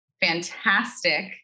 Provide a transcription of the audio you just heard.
Fantastic